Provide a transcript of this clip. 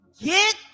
Get